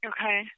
Okay